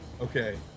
Okay